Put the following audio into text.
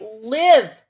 live